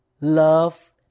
love